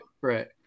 right